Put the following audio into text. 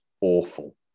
awful